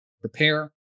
prepare